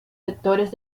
sectores